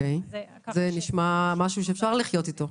זה נשמע משהו שאפשר לחיות איתו.